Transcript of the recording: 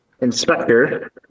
inspector